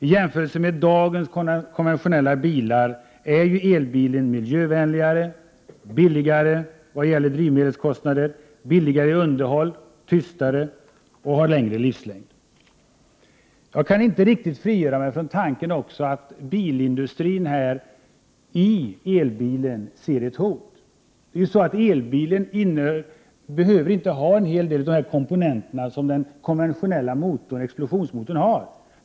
I jämförelse med dagens konventionella bilar är elbilen miljövänligare, billigare i vad gäller drivmedel och underhåll och tystare. Den har dessutom längre livslängd. Jag kan inte riktigt frigöra mig från tanken att bilindustrin ser ett hot i elbilen. Elbilen behöver nämligen inte ha en hel del av de komponenter som den konventionella explosionsmotorn har.